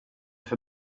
för